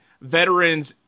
veterans